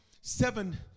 seven